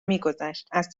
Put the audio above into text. میگذشت، از